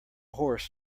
horse